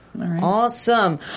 awesome